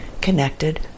connected